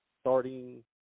Starting